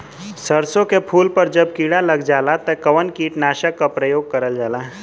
सरसो के फूल पर जब किड़ा लग जाला त कवन कीटनाशक क प्रयोग करल जाला?